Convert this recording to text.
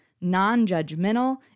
non-judgmental